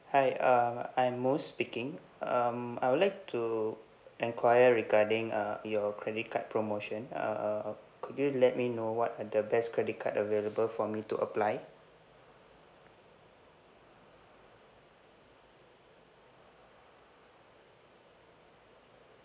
hi uh I'm mosse speaking um I would like to enquire regarding uh your credit card promotion uh could you let me know what are the best credit card available for me to apply